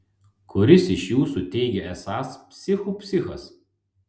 kuris iš jūsų teigia esąs psichų psichas